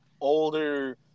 older